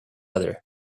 other